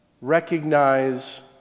recognize